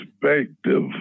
perspective